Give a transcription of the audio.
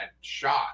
shot